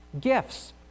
Gifts